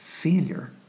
Failure